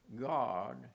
God